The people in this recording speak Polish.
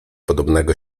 podobnego